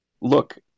look